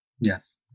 Yes